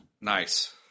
Nice